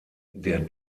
der